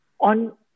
on